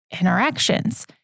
interactions